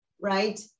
right